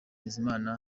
bizimana